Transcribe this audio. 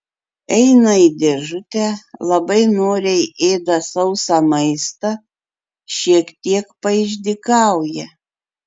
eina į dėžutę labai noriai ėda sausą maistą šiek tiek paišdykauja